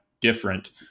different